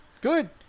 Good